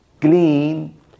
clean